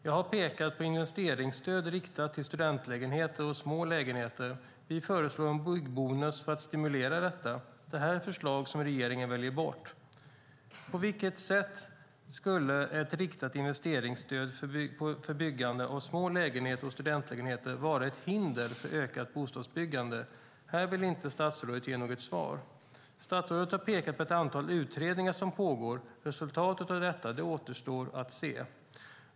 Jag har pekat på investeringsstöd för studentlägenheter och små lägenheter. Vi föreslår en byggbonus för att stimulera detta. Det är förslag som regeringen väljer bort. På vilket sätt skulle ett riktat investeringsstöd för byggande av små lägenheter och studentlägenheter vara ett hinder för ökat bostadsbyggande? Här vill inte statsrådet ge något svar. Statsrådet har pekat på ett antal utredningar som pågår. Resultatet av dem återstår att se.